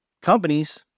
companies